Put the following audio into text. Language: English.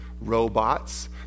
robots